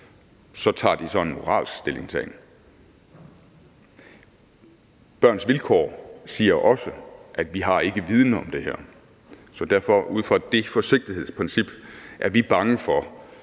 Så tager de så en moralsk stillingtagen. Børns Vilkår siger også, at vi ikke har viden om det her. Så ud fra det forsigtighedsprincip er vi bange for,